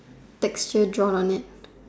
texture drawn on it